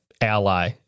ally